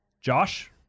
Josh